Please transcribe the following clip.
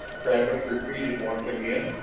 travis repeated once again.